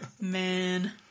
Man